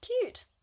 Cute